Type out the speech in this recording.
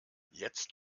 jetzt